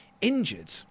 injured